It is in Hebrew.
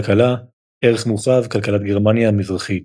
כלכלה ערך מורחב – כלכלת גרמניה המזרחית